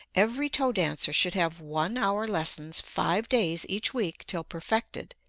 every toe dancer should have one-hour lessons five days each week till perfected,